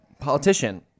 politician